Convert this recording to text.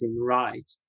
right